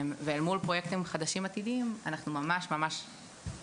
אל מול פרויקטים חדשים ועתידיים אנחנו ממש היום